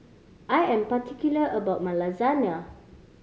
I am particular about my Lasagna